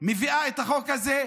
מביאה את החוק הזה,